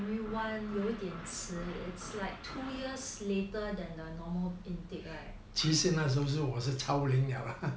primary one 有一点迟 it's like two years later than the normal intake right